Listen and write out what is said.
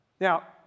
Now